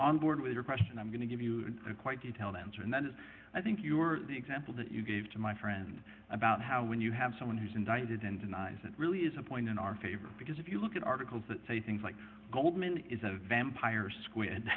on board with your question i'm going to give you quite detailed answer and that is i think you are the example that you gave to my friend about how when you have someone who's indicted and denies it really is a point in our favor because if you look at articles that say things like goldman is a vampire squid